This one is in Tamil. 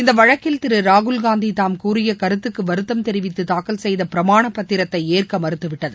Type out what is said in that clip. இந்த வழக்கில் திரு ராகுல்காந்தி தாம் கூறிய கருத்துக்கு வருத்தம் தெரிவித்து தாக்கல் செய்த பிரமாணப் பத்திரத்தை ஏற்க மறுத்து விட்டது